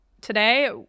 today